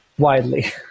widely